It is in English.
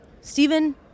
Stephen